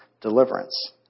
deliverance